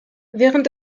während